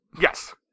Yes